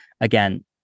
Again